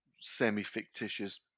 semi-fictitious